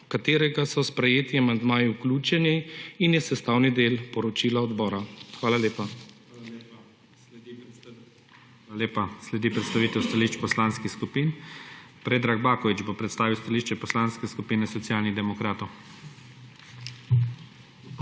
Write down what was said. katerega so sprejetji amandmaji vključeni in je sestavni del poročila odbora. Hvala lepa. PREDSEDNIK IGOR ZORČIČ: Hvala lepa. Sledi predstavitev stališč poslanskih skupin. Predrag Baković bo predstavil stališče Poslanske skupine Socialnih demokratov. PREDRAG